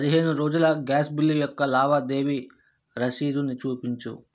పదిహేను రోజుల gas bill యొక్క లావాదేవీ రసీదుని చూపించు